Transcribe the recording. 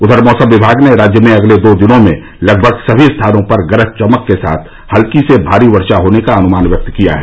उधर मौसम विभाग ने राज्य में अगले दो दिनों में लगमग सभी स्थानों पर गरज चमक के साथ हल्की से भारी वर्षा होने का अनुमान व्यक्त किया है